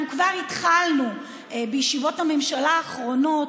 אנחנו כבר התחלנו בישיבות הממשלה האחרונות,